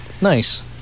Nice